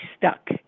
stuck